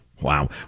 Wow